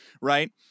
right